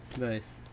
Nice